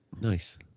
nice